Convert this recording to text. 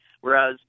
Whereas